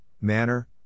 manner